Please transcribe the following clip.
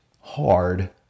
hard